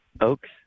Oaks